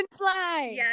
Yes